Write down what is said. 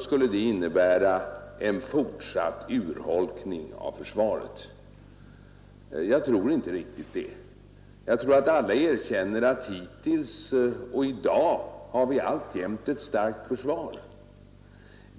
skulle det innebära en fortsatt urholkning av försvaret. Jag tror inte det är riktigt. Jag tror att alla erkänner att vi hittills haft och i dag alltjämt har ett starkt försvar.